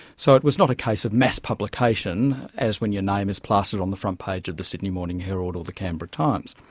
so it was not a case of mass publication, as when your name is plastered on the front page of the sydney morning herald or the canberra times.